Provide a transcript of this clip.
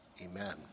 amen